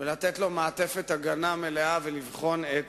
לתת לו מעטפת הגנה מלאה ולבחון את